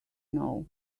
know